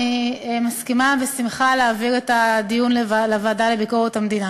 אני מסכימה בשמחה להעביר את הדיון לוועדה לביקורת המדינה.